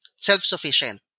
Self-sufficient